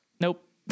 Nope